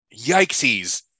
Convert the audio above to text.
Yikesies